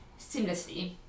seamlessly